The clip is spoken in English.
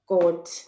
God